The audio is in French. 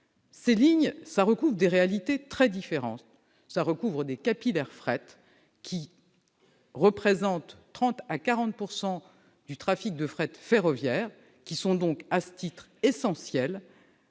Ces lignes recouvrent des réalités très différentes : certaines sont des capillaires fret- elles représentent 30 % à 40 % du trafic de fret ferroviaire et sont à ce titre essentielles